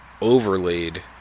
overlaid